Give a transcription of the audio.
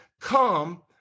Come